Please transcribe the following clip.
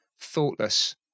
thoughtless